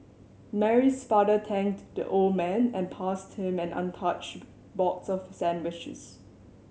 Mary's father thanked the old man and passed him an untouched box of sandwiches